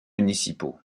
municipaux